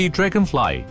Dragonfly